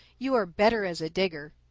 you are better as a digger.